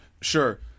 Sure